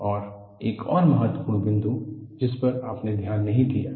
और एक और महत्वपूर्ण बिंदु जिस पर आपने ध्यान नहीं दिया है